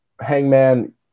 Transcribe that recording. Hangman